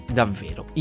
davvero